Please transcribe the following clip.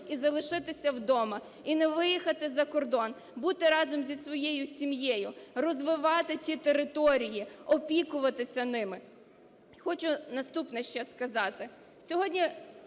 і залишитися вдома, і не виїхати за кордон, бути разом зі своєю сім'єю, розвивати ці території, опікуватися ними. Хочу наступне ще сказати.